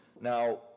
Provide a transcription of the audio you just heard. Now